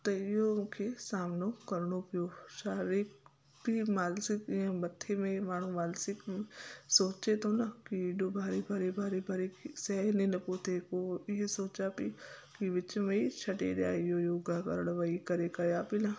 त इहो मूंखे सामिनो करिणो पियो शारीरिक की मानसिक ईअं मथे में माण्हू मानसिक सोचे थो न की एॾो भारी भारी भारी भारी सहन ई न पियो थिए पोइ इहो सोचा पई की विच में ई छॾे ॾियां इहो योगा करणु वेही करे कयां पई न